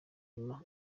inyuma